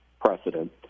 precedent